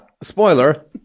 spoiler